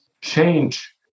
change